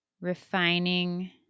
refining